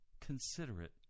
considerate